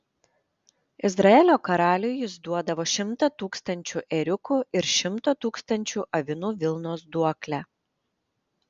izraelio karaliui jis duodavo šimtą tūkstančių ėriukų ir šimto tūkstančių avinų vilnos duoklę